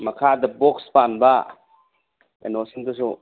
ꯃꯈꯥꯗ ꯕꯣꯛꯁ ꯄꯥꯟꯕ ꯀꯩꯅꯣꯁꯤꯡꯗꯨꯁꯨ